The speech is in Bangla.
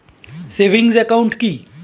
সেভিংস একাউন্ট কি?